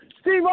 Steve